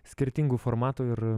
skirtingų formatų ir